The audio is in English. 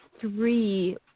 three